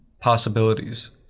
possibilities